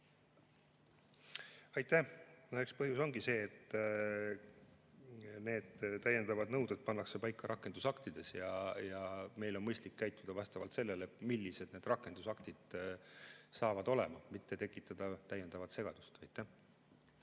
Aitäh! Eks põhjus ongi see, et täiendavad nõuded pannakse paika rakendusaktides ja meil on mõistlik käituda vastavalt sellele, millised need rakendusaktid saavad olema, mitte tekitada täiendavat segadust. Aitäh!